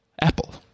Apple